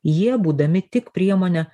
jie būdami tik priemonė